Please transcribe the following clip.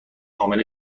حامله